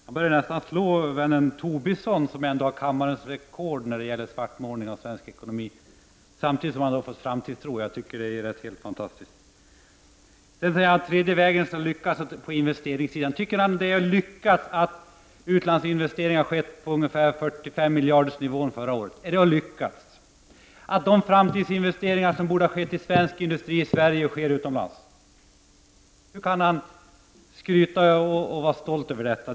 Han är nästan på väg att slå vännen Lars Tobisson, som ändå har kammarens rekord när det gäller svartmålning av svensk ekonomi, samtidigt som Roland Sundgren säger att han har fått framtidstro. Jag tycker det är helt fantastiskt. Sedan till påståendet att den tredje vägen skulle ha lyckats i fråga om inve steringar. Tycker Roland Sundgren att det är att lyckas när utlandsinvesteringar har skett ungefär på 45-miljardersnivån förra året? Är det att lyckas när framtida investeringar som borde ha skett i svensk industri i Sverige sker utomlands? Hur kan man skryta med och vara stolt över detta?